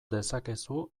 dezakezu